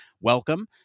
welcome